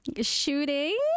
shooting